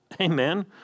Amen